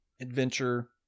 adventure